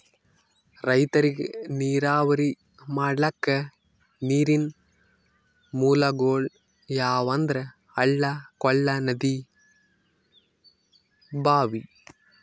ರೈತರಿಗ್ ನೀರಾವರಿ ಮಾಡ್ಲಕ್ಕ ನೀರಿನ್ ಮೂಲಗೊಳ್ ಯಾವಂದ್ರ ಹಳ್ಳ ಕೊಳ್ಳ ನದಿ ಭಾಂವಿ